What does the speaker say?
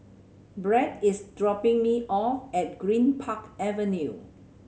Brett is dropping me off at Greenpark Avenue